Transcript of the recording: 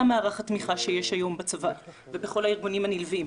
מערך התמיכה שיש היום בצבא ובכל הארגונים הנלווים.